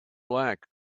black